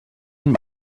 and